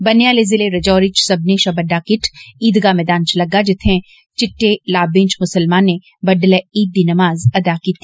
ब'न्ने आले जिले राजौरी च सब्मने शा बड्डा किट्ठ ईदगाह मैदान च लग्गा जित्थैं चिट्टे लावें च मुसलमानें बड्डलै ईद दी नमाज अदा कीती